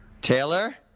Taylor